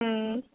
ம்